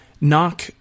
knock